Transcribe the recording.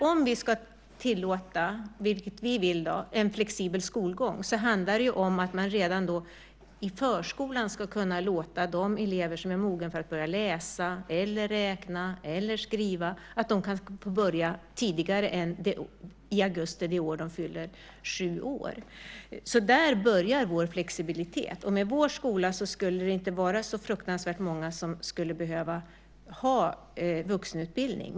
Om vi ska tillåta en flexibel skolgång, vilket vi alltså vill, handlar det om att de elever som redan i förskolan är mogna för att börja läsa, räkna, skriva ska kunna få börja tidigare än i augusti det år de fyller sju år. Där börjar vår flexibilitet. Med vår skola skulle det heller inte finnas så fruktansvärt många som behövde gå i vuxenutbildning.